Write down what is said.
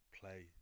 play